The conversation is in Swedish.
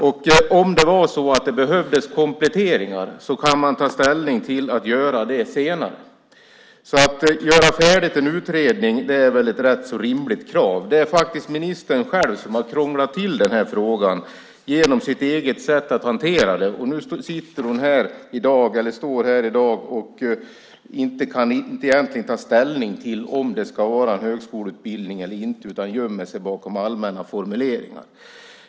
Om det behövdes kompletteringar kunde man ha gjort dem senare. Att få göra färdigt en utredning är ett rimligt krav. Det är ministern själv som har krånglat till frågan genom sitt eget sätt att hantera den. Nu står hon här i dag och kan inte ta ställning till om det ska vara högskoleutbildning eller inte utan gömmer sig bakom allmänna formuleringar.